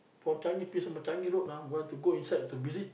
for Changi Prison but Changi road ah you want to go inside to visit